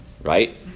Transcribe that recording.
right